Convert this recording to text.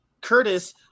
Curtis